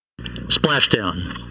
Splashdown